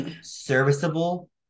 serviceable